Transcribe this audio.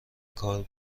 کار